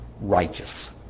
righteous